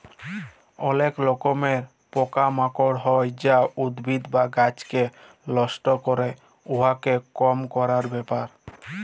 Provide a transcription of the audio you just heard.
অলেক রকমের পকা মাকড় হ্যয় যা উদ্ভিদ বা গাহাচকে লষ্ট ক্যরে, উয়াকে কম ক্যরার ব্যাপার